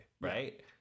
Right